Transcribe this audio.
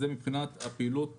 זה מבחינת הפעילות